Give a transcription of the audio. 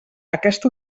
aquesta